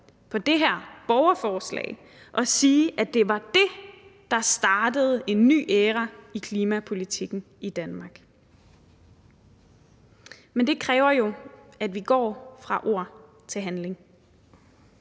på det her borgerforslag og sige, at det var det, der startede en ny æra i klimapolitikken i Danmark. Men det kræver jo, at vi går fra ord til handling.